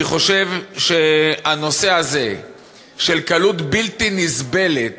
אני חושב שהנושא הזה של קלות בלתי נסבלת